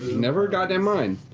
never-goddamn-mind.